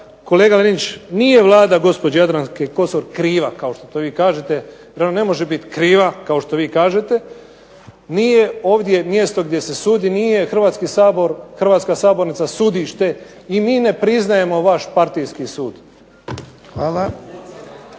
kolega Linić, nije Vlada gospođe Jadranke Kosor kriva kao što vi to kažete. Prvo ne može biti kriva kao što vi kažete. Nije ovdje mjesto gdje se sudi, nije Hrvatska sabornica sudište i mi ne priznajemo vaš partijski sud.